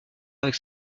avec